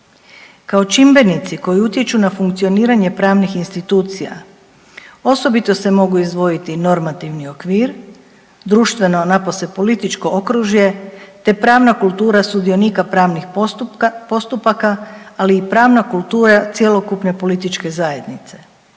Kao čimbenici koji utječu na funkcioniranje pravnih institucija osobito se mogu izdvojiti normativni okvir, društveno napose političko okružje te pravna kultura sudionika pravnih postupaka, ali i pravna kultura cjelokupne političke zajednica.